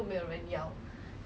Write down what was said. S_R_C [one]